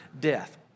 death